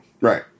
right